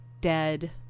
dead